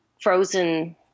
frozen